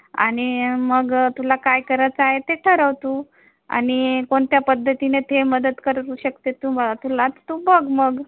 आणि मग तुला काय करायचं आहे ते ठरव तू आणि कोणत्या पद्धतीने ते मदत करू शकते तुम्हा तुला तू बघ मग